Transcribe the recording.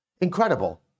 Incredible